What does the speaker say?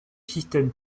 système